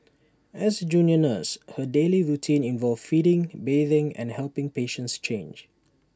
as A junior nurse her daily routine involved feeding bathing and helping patients change